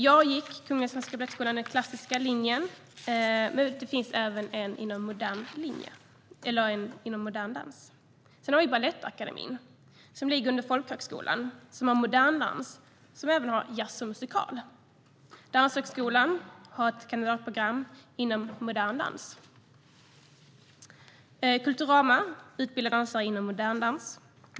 Jag gick Kungliga Svenska Balettskolans klassiska linje, men det finns även en inom modern dans. Sedan har vi Balettakademin, som lyder under folkhögskolan och som har modern dans och även jazz och musikal. Danshögskolan har ett kandidatprogram inom modern dans. Kulturama utbildar dansare inom modern dans.